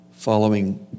following